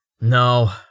No